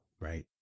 Right